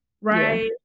right